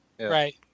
right